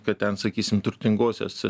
ką ten sakysim turtingosiose